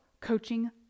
coaching